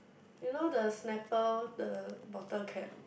you know the snapper the bottle cap